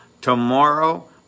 Tomorrow